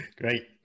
Great